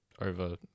over